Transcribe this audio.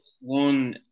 one